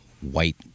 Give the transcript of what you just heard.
white